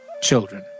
children